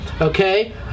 Okay